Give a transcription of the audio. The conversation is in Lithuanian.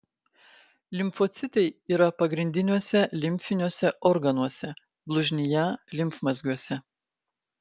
limfocitai yra pagrindiniuose limfiniuose organuose blužnyje limfmazgiuose